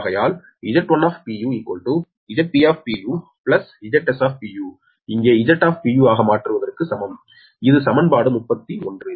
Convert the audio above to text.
ஆகையால் Z1 Zp Zs இங்கே Z ஆக மாற்றுவதற்கு சமம் இது சமன்பாடு 31